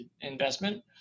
investment